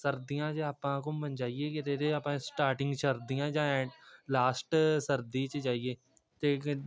ਸਰਦੀਆਂ 'ਚ ਆਪਾਂ ਘੁੰਮਣ ਜਾਈਏ ਕਿਤੇ ਅਤੇ ਆਪਾਂ ਸਟਾਰਟਿੰਗ ਸਰਦੀਆਂ ਜਾਂ ਏਂ ਲਾਸਟ ਸਰਦੀ 'ਚ ਜਾਈਏ ਅਤੇ